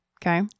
Okay